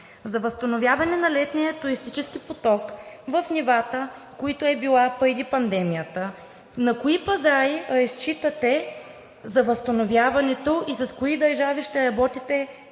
за възстановяване на летния туристически поток в нивата, които са били преди пандемията? На кои пазари разчитате за възстановяването? С кои държави ще работите